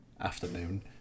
afternoon